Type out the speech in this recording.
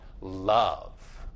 love